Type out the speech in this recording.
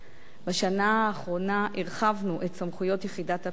בשנה האחרונה הרחבנו את סמכויות יחידת הפיצו"ח,